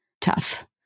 tough